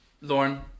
Lauren